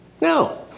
No